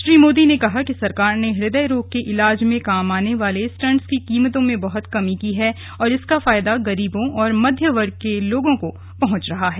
श्री मोदी ने कहा कि सरकार ने हृदय रोग के इलाज में काम आने वाले स्टंट्स की कीमतों में बहत कमी की है और इसका फायदा गरीबों तथा मध्य वर्ग को सबसे अधिक पहंच रहा है